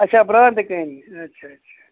اَچھا برٛانٛدٕ کٔنۍ اَچھا اَچھا